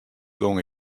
gong